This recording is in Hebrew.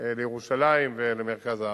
לירושלים ולמרכז הארץ.